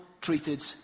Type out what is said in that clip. treated